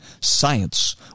Science